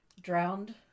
drowned